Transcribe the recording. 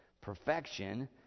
perfection